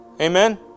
amen